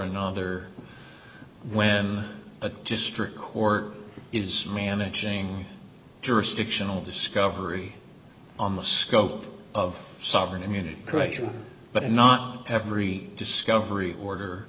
another when a district court is managing jurisdictional discovery on the scope of sovereign immunity correction but not every discovery order